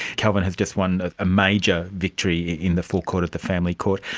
kelvin has just won a major victory in the full court of the family court.